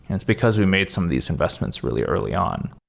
it's because we made some of these investments really early on